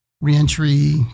reentry